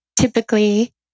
typically